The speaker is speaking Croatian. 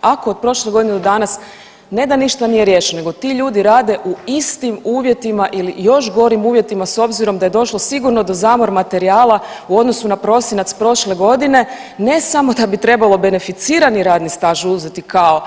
Ako je od prošle godine do danas ne da ništa nije riješeno nego ti ljudi rade u istim uvjetima ili još gorim uvjetima s obzirom da je došlo sigurno do zamor materijala u odnosu na prosinac prošle godine ne samo da bi trebalo beneficirani radni staž uzeti kao